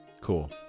Cool